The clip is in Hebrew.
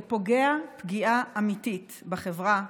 זה פוגע פגיעה אמיתית בחברה,